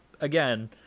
again